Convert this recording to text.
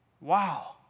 Wow